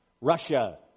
Russia